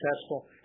successful